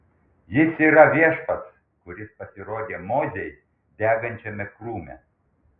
jis yra viešpats kuris pasirodė mozei degančiame krūme